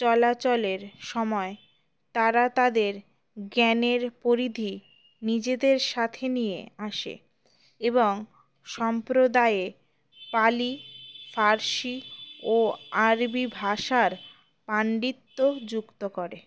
চলাচলের সময় তারা তাদের জ্ঞানের পরিধি নিজেদের সাথে নিয়ে আসে এবং সম্প্রদায়ে পালি ফার্সি ও আরবি ভাষার পণ্ডিত্ব যুক্ত করে